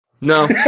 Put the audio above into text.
No